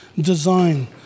design